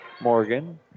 Morgan